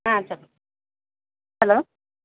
చెప్పండి హలో